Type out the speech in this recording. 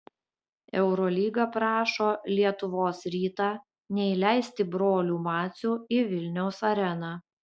eurolyga prašo lietuvos rytą neįleisti brolių macių į vilniaus areną